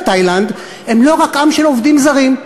תאילנד הם לא רק עם של עובדים זרים,